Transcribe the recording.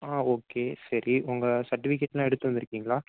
ஆ okay சரி உங்கள் சர்டிஃபிகேட்லாம் எடுத்துகிட்டு வந்துருக்கீங்களா